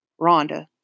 Rhonda